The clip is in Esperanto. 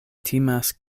timas